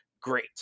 great